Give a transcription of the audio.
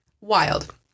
Wild